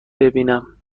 ببینم